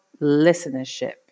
listenership